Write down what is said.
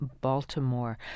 Baltimore